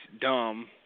dumb